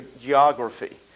geography